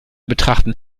betrachten